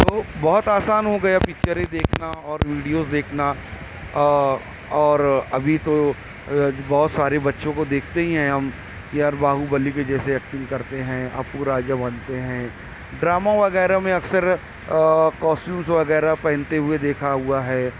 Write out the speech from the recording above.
تو بہت آسان ہوگیا پکچریں دیکھنا اور ویڈیو دیکھنا اور ابھی تو بہت سارے بچوں کو دیکھتے ہی ہیں ہم یار باہوبلی کے جیسے ایکٹنگ کرتے ہیں اپو راجہ بنتے ہیں ڈرامہ وغیرہ میں اکثر کوسٹیومز وغیرہ پہنتے ہوئے دیکھا ہوا ہے